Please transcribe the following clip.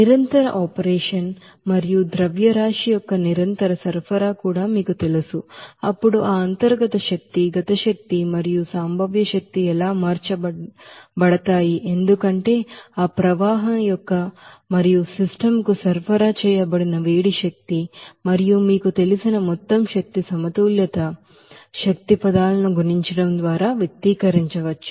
నిరంతర ఆపరేషన్ మరియ ಮಾಸ್ యొక్క నిరంతర సరఫరా కూడా మీకు తెలుసు అప్పుడు ఆ ఇంటర్నల్ ఎనర్జీ కైనెటిక్ ఎనెర్జి మరియు పొటెన్షియల్ ఎనెర్జి ఎలా మార్చబడతాయి ఎందుకంటే ఆ ఫ్లో వర్క్ మరియు సిస్టమ్ కు సరఫరా చేయబడిన ಹೀಟ್ ಎನರ್ಜಿ మరియు మీకు తెలిసిన మొత్తం ఎనర్జీ బాలన్స్ మీకు తెలిసిన ಎನರ್ಜಿ పదాలను గుణించడం ద్వారా వ్యక్తీకరించవచ్చు